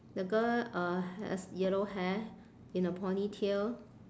the girl uh has yellow hair in a ponytail